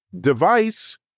device